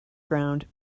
ground